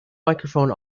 microphone